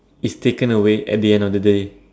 is taken away at the end of the day